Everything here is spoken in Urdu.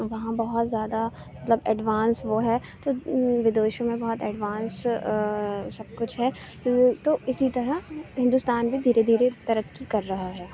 وہاں بہت زیادہ مطلب ایڈوانس وہ ہے تو ودیشوں میں بھی بہت ایڈوانس سب کچھ ہے تو اسی طرح ہندوستان بھی دھیرے دھیرے ترقی کر رہا ہے